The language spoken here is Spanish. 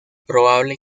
probable